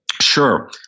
Sure